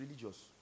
religious